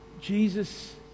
Jesus